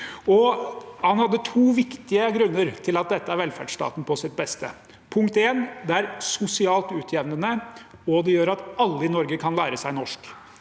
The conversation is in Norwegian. Han hadde to viktige grunner til å si at dette er velferdsstaten på sitt beste. Punkt én: Det er sosialt utjevnende, og det gjør at alle i Norge kan lære seg norsk.